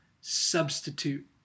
substitute